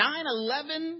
9-11